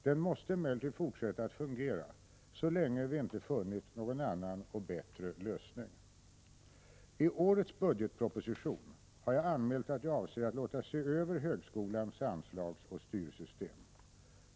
Den måste emellertid fortsätta att fungera så länge vi inte funnit någon annan och bättre lösning. I årets budgetproposition har jag anmält att jag avser att låta se över högskolans anslagsoch styrsystem.